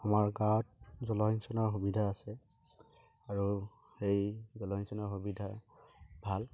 আমাৰ গাঁৱত জলসিঞ্চনৰ সুবিধা আছে আৰু এই জলসিঞ্চনৰ সুবিধাই ভাল